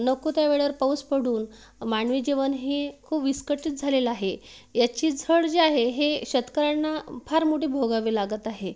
नको त्या वेळेवर पाऊस पडून मानवी जीवनही खूप विस्कळीत झालेलं आहे याची झळ जी आहे ही शेतकऱ्यांना फार मोठी भोगावे लागत आहे